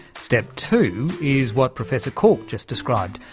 step two is what professor corke just described,